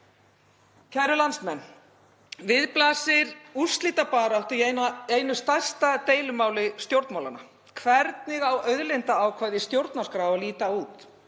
Kæru landsmenn Við blasir úrslitabarátta í einu stærsta deilumáli stjórnmálanna. Hvernig á auðlindaákvæði í stjórnarskrá að líta út?